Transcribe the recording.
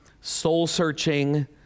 soul-searching